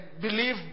believe